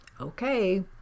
Okay